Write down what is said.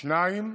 השני,